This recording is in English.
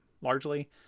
largely